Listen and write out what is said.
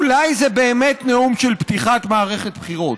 אולי זה באמת נאום של פתיחת מערכת בחירות,